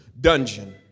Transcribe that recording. dungeon